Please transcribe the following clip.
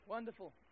Wonderful